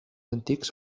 antics